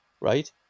right